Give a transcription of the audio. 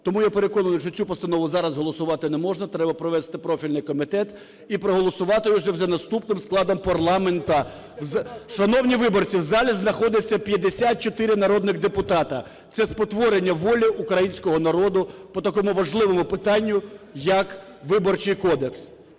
Тому я переконаний, що цю постанову зараз голосувати не можна. Треба провести профільний комітет. І проголосувати його вже наступним складом парламенту. Шановні виборці, в залі знаходиться 54 народних депутата, це спотворення волі українського народу по такому важливому питанню, як Виборчий кодекс.